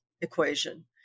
equation